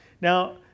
Now